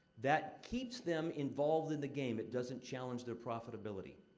that keeps them involved in the game it doesn't challenge their profitability.